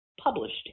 published